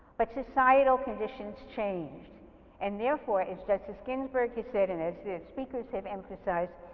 but societal conditions change and therefore as justice ginsburg has said and as the speakers have emphasized,